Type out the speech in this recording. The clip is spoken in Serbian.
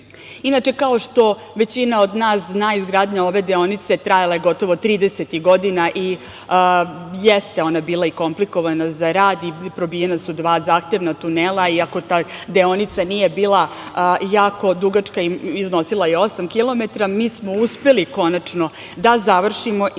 kao što većina od nas zna, izgradnja ove deonice trajala je gotovo trideset godina i jeste ona i bila komplikovana za rad i probijena su dva zahtevna tunela, iako ta deonica nije bila jako dugačka iznosila je osam kilometara, mi smo uspeli konačno da završimo i da je